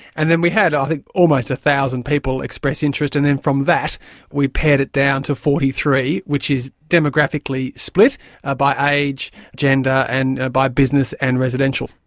and then we had i think almost one thousand people express interest. and then from that we pared it down to forty three, which is demographically split ah by age, gender and by business and residential.